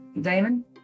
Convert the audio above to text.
Damon